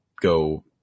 go